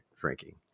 drinking